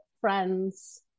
friends